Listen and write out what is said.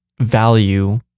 value